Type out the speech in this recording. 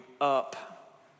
up